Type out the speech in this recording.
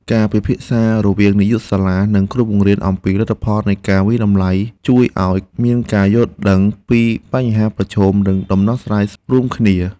ការពិភាក្សារវាងនាយកសាលានិងគ្រូបង្រៀនអំពីលទ្ធផលនៃការវាយតម្លៃជួយឱ្យមានការយល់ដឹងពីបញ្ហាប្រឈមនិងដំណោះ ស្រាយរួមគ្នា។